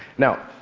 now,